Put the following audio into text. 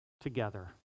together